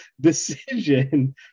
decision